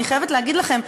אני חייבת להגיד לכם,